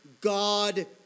God